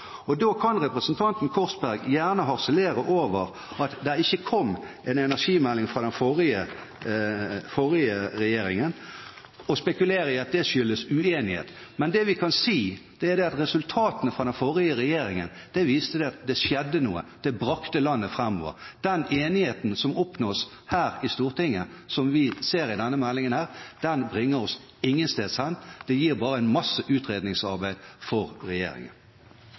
Da kan representanten Korsberg gjerne harselere over at det ikke kom en energimelding fra den forrige regjeringen og spekulere i at det skyldtes uenighet. Men det vi kan si, er at resultatene fra den forrige regjeringen viste at det skjedde noe, det brakte landet framover: Den enigheten som oppnås her i Stortinget, og som vi ser i denne meldingen, bringer oss ingensteds hen. Den gir bare en masse utredningsarbeid for regjeringen.